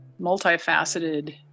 multifaceted